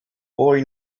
boy